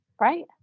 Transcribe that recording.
right